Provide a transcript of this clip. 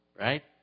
Right